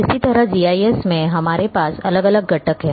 इसी तरह जीआईएस में हमारे पास अलग अलग घटक हैं